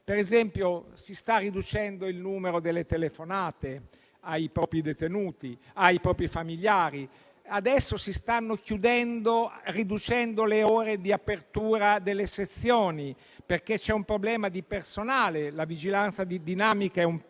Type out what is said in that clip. Per esempio, si sta riducendo il numero delle telefonate ai propri familiari, adesso si stanno riducendo le ore di apertura delle sezioni, perché c'è un problema di personale. La vigilanza dinamica è un problema